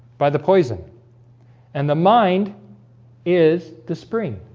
by the poison and the mind is the spring